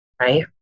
Right